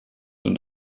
und